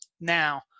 now